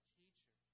teacher